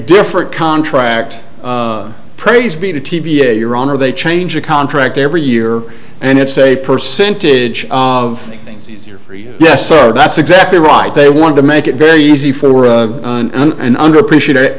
different contract praise be to t b a your honor they change a contract every year and it's a percentage of things easier for you yes sir that's exactly right they want to make it very easy for work and underappreciated